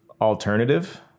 alternative